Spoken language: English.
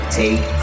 take